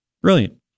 Brilliant